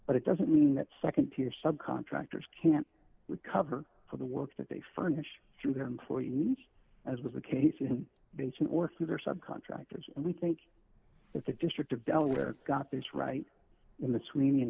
but it doesn't mean that nd tier sub contractors can't recover for the work that they furnished through their employer unions as was the case in basin or through their subcontractors and we think that the district of delaware got this right in the sween